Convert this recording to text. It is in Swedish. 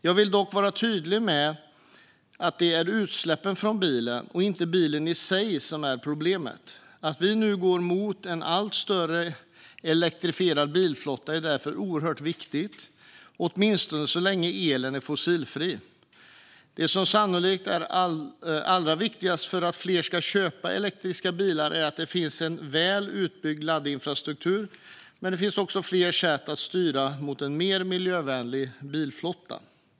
Jag vill dock vara tydlig med att det är utsläppen från bilen, inte bilen i sig, som är problemet. Att vi nu går mot en allt större elektrifierad bilflotta är därför oerhört viktigt, åtminstone så länge elen är fossilfri. Det som sannolikt är allra viktigast för att fler ska köpa elektriska bilar är att det finns en väl utbyggd laddinfrastruktur. Men det finns också fler sätt att styra mot en mer miljövänlig bilflotta.